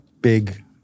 big